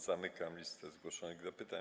Zamykam listę zgłoszonych do pytań.